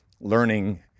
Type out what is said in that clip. learning